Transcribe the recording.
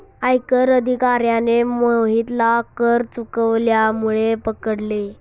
आयकर अधिकाऱ्याने मोहितला कर चुकवल्यामुळे पकडले